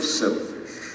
selfish